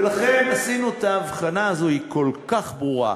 ולכן עשינו את ההבחנה הזאת היא כל כך ברורה,